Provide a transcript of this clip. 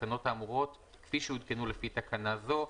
התקנות האמורות כפי שעודכנו לפי תקנה זו.